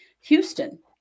houston